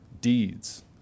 deeds